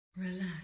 Relax